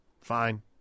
fine